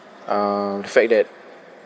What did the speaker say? uh the fact that